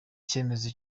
icyemezo